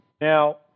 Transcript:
Now